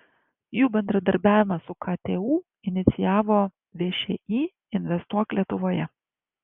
jų bendradarbiavimą su ktu inicijavo všį investuok lietuvoje